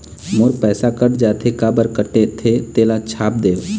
मोर पैसा कट जाथे काबर कटथे तेला छाप देव?